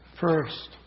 first